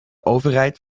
overheid